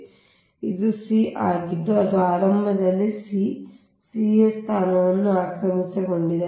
ಆದ್ದರಿಂದ ಇದು c ಆಗಿದ್ದು ಅದು ಆರಂಭದಲ್ಲಿ c c a ಸ್ಥಾನವನ್ನು ಆಕ್ರಮಿಸಿಕೊಂಡಿದೆ